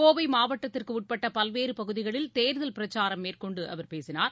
கோவைமாவட்டத்திற்குட்பட்டபல்வேறுபகுதிகளில் தேர்தல் பிரச்சாரம் மேற்கொண்டுஅவர் பேசினார்